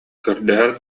көрдөһөр